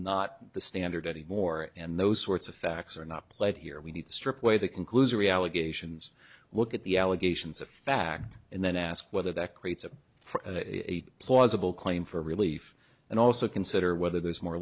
not the standard anymore and those sorts of facts are not played here we need to strip away the conclusory allegations look at the allegations of fact and then ask whether that creates a plausible claim for relief and also consider whether there's more